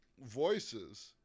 voices